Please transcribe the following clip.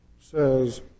says